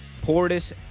Portis